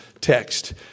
text